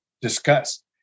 discuss